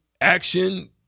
action